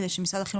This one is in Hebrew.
שתוכל